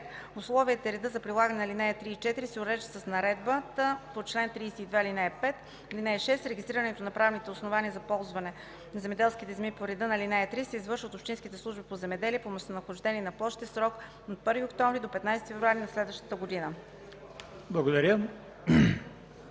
Условията и редът за прилагане на ал. 3 и 4 се уреждат с наредбата по чл. 32, ал. 5. (6) Регистрирането на правните основания за ползване на земеделските земи по реда на ал. 3 се извършва в общинските служби по земеделие по местонахождение на площите в срок от 1 октомври до 15 февруари на следващата година.”